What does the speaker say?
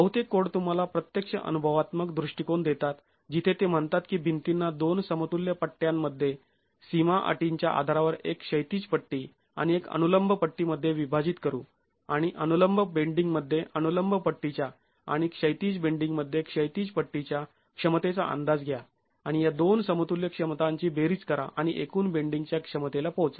बहुतेक कोड तुम्हाला प्रत्यक्ष अनुभवात्मक दृष्टीकोन देतात जिथे ते म्हणतात की भिंतींना दोन समतुल्य पट्ट्यांमध्ये सीमा अटींच्या आधारावर एक क्षैतिज पट्टी आणि एक अनुलंब पट्टी मध्ये विभाजीत करू आणि अनुलंब बेंडींगमध्ये अनुलंब पट्टीच्या आणि क्षैतिज बेंडींगमध्ये क्षैतिज पट्टीच्या क्षमतेचा अंदाज घ्या आणि या दोन समतुल्य क्षमतांची बेरीज करा आणि एकूण बेंडींगच्या क्षमतेला पोहोचा